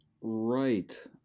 Right